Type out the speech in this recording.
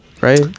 right